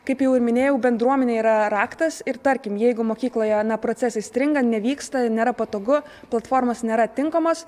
kaip jau ir minėjau bendruomenė yra raktas ir tarkim jeigu mokykloje na procesai stringa nevyksta nėra patogu platformos nėra tinkamos